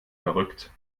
verrückt